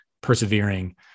persevering